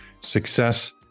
success